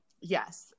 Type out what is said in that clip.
yes